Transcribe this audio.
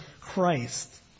Christ